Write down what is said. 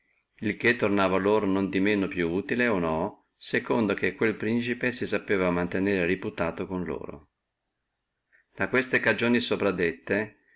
il che tornava loro non di meno utile o no secondo che quel principe si sapeva mantenere reputato con loro da queste cagioni